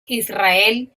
israel